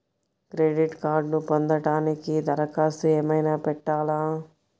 Credit కార్డ్ను పొందటానికి దరఖాస్తు ఏమయినా పెట్టాలా?